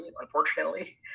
unfortunately